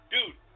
Dude